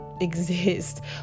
exist